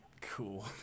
cool